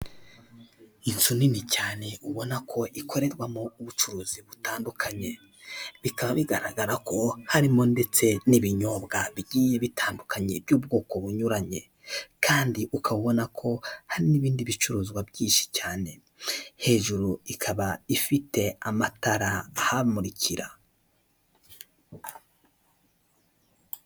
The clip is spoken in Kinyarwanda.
Inzu nini cyane ubona ko ikorerwamo ubucuruzi butandukanye bikaba bigaragara ko harimo ndetse n'ibinyobwa bigiye bitandukanye by'ubwoko bunyuranye kandi ukaba ubona ko hari n'ibindi bicuruzwa byinshi cyane hejuru ikaba ifite amatara ahamurikira.